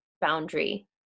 boundary